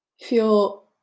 feel